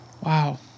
Wow